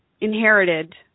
inherited